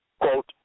quote